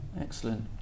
Excellent